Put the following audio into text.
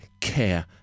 care